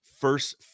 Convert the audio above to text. first